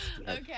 Okay